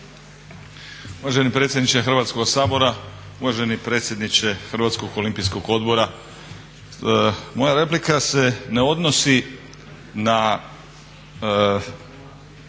Uvaženi predsjedniče Hrvatskoga sabora, uvaženi predsjedniče Hrvatskog olimpijskog odbora. Moja replika se ne odnosi na